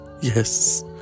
Yes